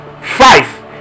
five